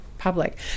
public